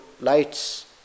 lights